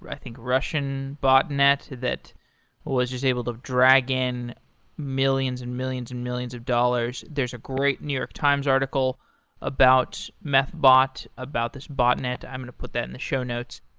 i think, russian botnet that was just able to drag in millions and millions and millions of dollars. there's a great new york times article about methbot, about this botnet. i'm going to put that in the show notes.